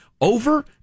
Over